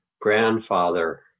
Grandfather